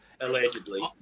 Allegedly